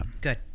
Good